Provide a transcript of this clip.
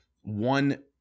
one